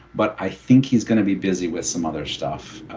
but i think he's going to be busy with some other stuff.